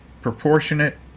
proportionate